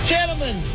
Gentlemen